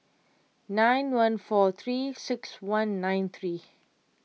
nine one four three six one nine three